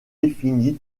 définies